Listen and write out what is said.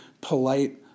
polite